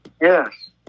Yes